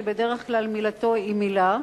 שבדרך כלל מילתו היא מלה,